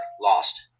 lost